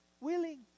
willing